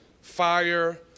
fire